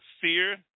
fear